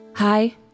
Hi